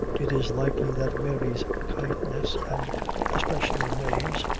it is likely that mary's kindness, and especially mave's,